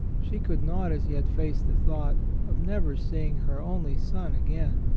she could not as yet face the thought of never seeing her only son again.